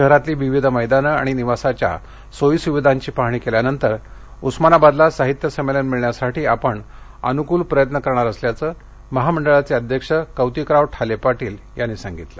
शहरातली विविध मैदानं आणि निवासाच्या सोयी सुविधांची पाहणी केल्यानंतर उस्मानाबादला साहित्य संमेलन मिळण्यासाठी आपण अनुकूल प्रयत्न करणार असल्याचं महामंडळाचे अध्यक्ष कौतिकराव ठाले पाटील यांनी सांगितलं